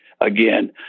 again